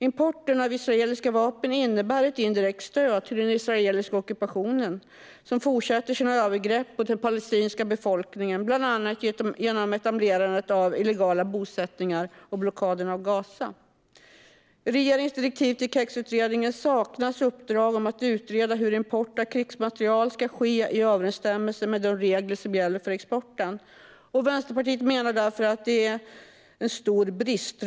Importen av israeliska vapen innebär ett indirekt stöd till den israeliska ockupationen. Landet fortsätter sina övergrepp mot den palestinska befolkningen genom bland annat etablerandet av illegala bosättningar och blockaden av Gaza. I regeringens direktiv till KEX-utredningen saknas uppdrag om att utreda hur import av krigsmateriel ska ske i överensstämmelse med de regler som gäller för exporten. Vänsterpartiet menar att detta är en stor brist.